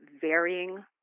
varying